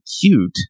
cute